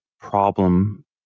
problem